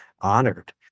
honored